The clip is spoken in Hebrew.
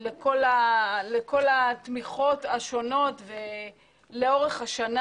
לתמיכות השונות לאורך השנה.